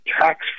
tax